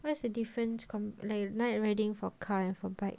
what's the difference like com~ night riding for car and for bike